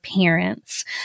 parents